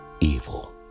evil